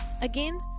Again